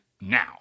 now